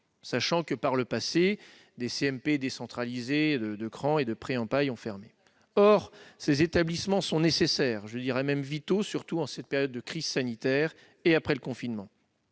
rassurés. Par le passé, les CMP décentralisés de Craon et de Pré-en-Pail ont fermé. Or ces établissements sont nécessaires, même vitaux, surtout en cette période de crise sanitaire post-confinement.